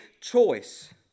choice